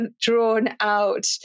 drawn-out